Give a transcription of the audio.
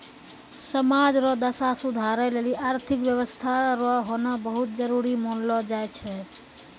समाज रो दशा सुधारै लेली आर्थिक व्यवस्था रो होना बहुत जरूरी मानलौ जाय छै